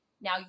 Now